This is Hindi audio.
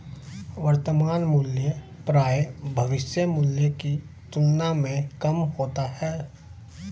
वर्तमान मूल्य प्रायः भविष्य मूल्य की तुलना में कम होता है